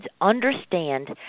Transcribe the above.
understand